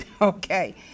Okay